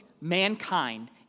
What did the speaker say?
mankind